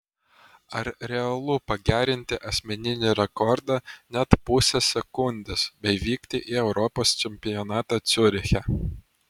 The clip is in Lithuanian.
ar realu pagerinti asmeninį rekordą net pusę sekundės bei vykti į europos čempionatą ciuriche